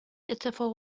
اتفاق